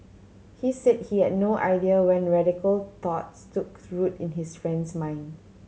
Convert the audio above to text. he said he had no idea when radical thoughts took root in his friend's mind